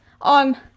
on